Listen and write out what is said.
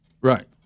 Right